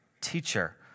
teacher